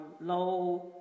low